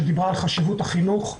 שדיברה על חשיבות החינוך,